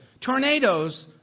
tornadoes